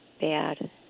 bad